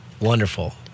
wonderful